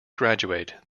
graduate